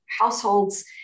households